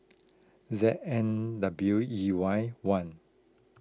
Z N W E Y one